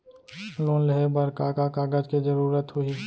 Loan लेहे बर का का कागज के जरूरत होही?